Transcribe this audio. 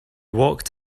walked